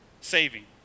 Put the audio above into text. saving